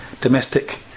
domestic